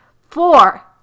Four